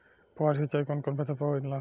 फुहार सिंचाई कवन कवन फ़सल पर होला?